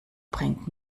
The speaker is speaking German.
bringt